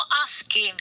asking